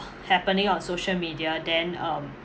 happening on social media then um